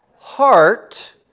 heart